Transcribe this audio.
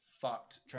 fucked